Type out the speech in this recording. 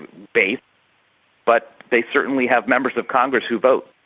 base but they certainly have members of congress who vote.